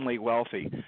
wealthy